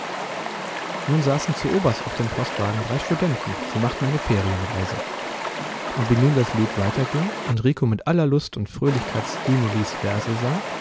nun saßen zuoberst auf dem postwagen drei studenten die machten eine ferienreise und wie nun das lied weiterging und rico mit aller lust und fröhlichkeit stinelis verse